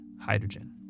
hydrogen